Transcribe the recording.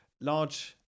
large